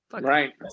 right